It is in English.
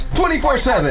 24-7